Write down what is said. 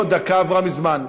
לא, דקה עברה מזמן.